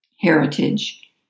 heritage